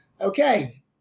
okay